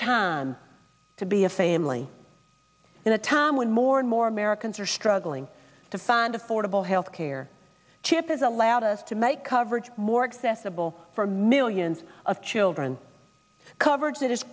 time to be a family in a time when more and more americans are struggling to find affordable health care chip is allowed us to make coverage more accessible for millions of children cover